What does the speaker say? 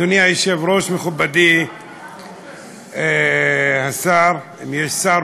אדוני היושב-ראש, מכובדי השר, אם יש שר